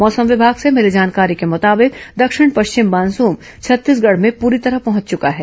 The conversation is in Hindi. मौसम विभाग से भिली जानकारी के मुताबिक दक्षिण पश्चिम मानसून छत्तीसगढ़ में पूरी तरह पहुंच चुका है